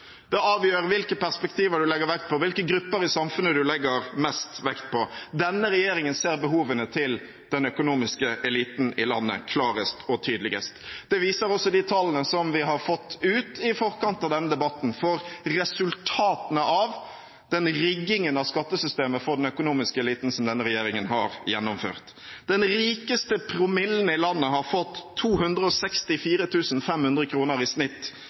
det avgjør hvilke perspektiver du legger vekt på, og hvilke grupper i samfunnet du legger mest vekt på. Denne regjeringen ser behovene til den økonomiske eliten i landet klarest og tydeligst. Det viser også tallene vi har fått ut i forkant av denne debatten, og som viser resultatene av riggingen av skattesystemet denne regjeringen har gjennomført for den økonomiske eliten. Den rikeste promillen i landet har fått 264 500 kr i snitt